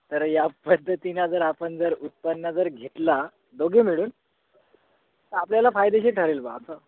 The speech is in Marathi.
तर या पद्धतीनं जर आपण जर उत्पन्न जर घेतला दोघे मिळून तर आपल्याला फायदेशीर ठरेल बा असं